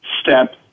step